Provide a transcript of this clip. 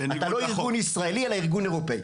אתה לא ארגון ישראלי אלא ארגון אירופאי.